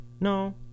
No